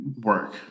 Work